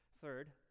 Third